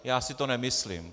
Já si to nemyslím.